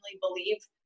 believe